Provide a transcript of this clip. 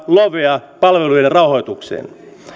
lovea palveluiden rahoitukseen